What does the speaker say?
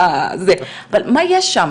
מה יש שם,